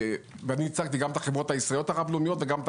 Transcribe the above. אני ייצגתי גם את החברות הישראליות הרב לאומיות וגם את